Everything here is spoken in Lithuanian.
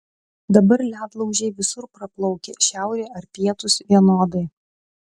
dabar ledlaužiai visur praplaukia šiaurė ar pietūs vienodai